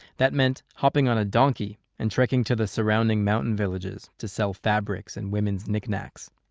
that meant hopping on a donkey and trekking to the surrounding mountain villages to sell fabrics and women's knickknacks.